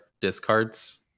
discards